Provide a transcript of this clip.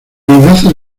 vivaces